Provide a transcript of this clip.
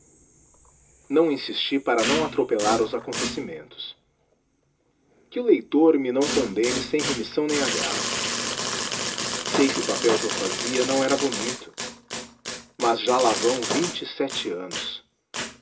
não insisti para não atropelar os acontecimentos que o leitor me não condene sem remissão nem agravo sei que o papel que eu fazia não era bonito mas já lá vão vinte e sete anos